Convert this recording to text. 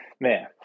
Man